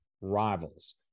rivals